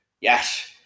Yes